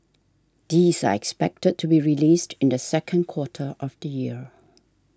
these are expected to be released in the second quarter of the year